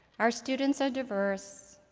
our students are diverse,